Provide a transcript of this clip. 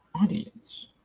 audience